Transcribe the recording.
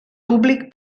públic